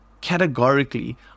categorically